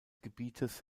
gebietes